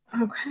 Okay